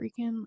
freaking